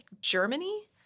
Germany